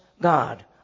God